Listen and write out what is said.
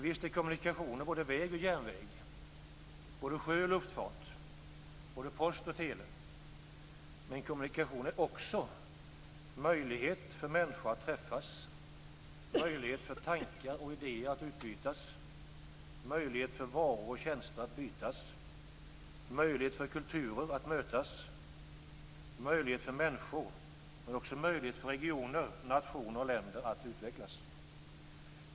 Visst är kommunikationer både väg och järnväg, både sjö och luftfart, både post och tele, men kommunikationer är också möjlighet för människor för att träffas, möjlighet för att utbyta tankar och idéer, möjlighet att byta varor och tjänster, möjlighet för kulturer att mötas, möjlighet för människor men också för regioner, nationer och länder att utvecklas.